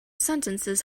sentences